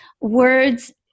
words –